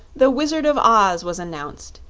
the wizard of oz was announced,